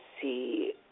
see